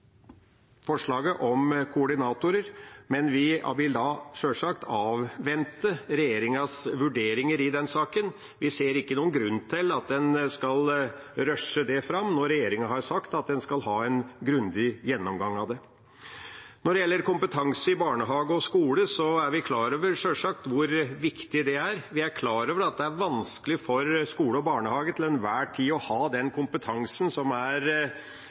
men vi vil sjølsagt avvente regjeringas vurderinger i den saken. Vi ser ikke noen grunn til at en skal rushe det fram når regjeringa har sagt at en skal ha en grundig gjennomgang av det. Når det gjelder kompetanse i barnehage og skole, er vi sjølsagt klar over hvor viktig det er. Vi er klar over at det er vanskelig for skoler og barnehager til enhver tid å ha den kompetansen som er